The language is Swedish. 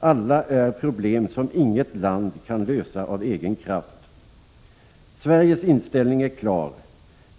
Alla är problem som inget land kan lösa av egen kraft. Sveriges inställning är klar.